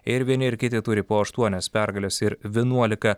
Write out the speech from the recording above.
ir vieni ir kiti turi po aštuonias pergales ir vienuolika